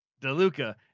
Deluca